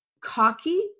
cocky